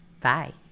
Bye